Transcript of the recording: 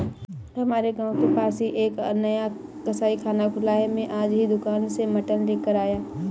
हमारे गांव के पास ही एक नया कसाईखाना खुला है मैं आज ही दुकान से मटन लेकर आया